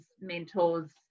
mentors